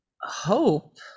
hope